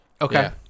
Okay